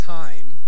time